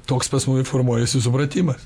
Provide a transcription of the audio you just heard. toks pas mumi formuojasi supratimas